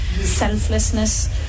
selflessness